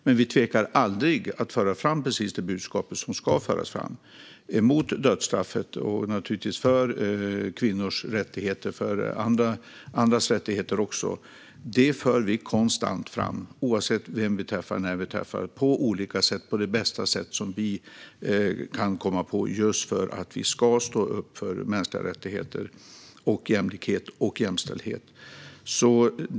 Men vi tvekar aldrig att föra fram det budskap som ska föras fram mot dödsstraff och naturligtvis för kvinnors och andras rättigheter. Detta budskap för vi konstant fram på det bästa sätt vi kan komma på, just för att vi ska stå upp för mänskliga rättigheter, jämlikhet och jämställdhet, oavsett vem vi träffar och när vi träffar dem.